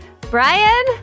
Brian